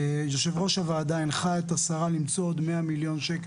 יו"ר הוועדה הנחה את השרה למצוא עוד 100 מיליון שקל,